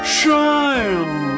shine